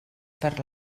per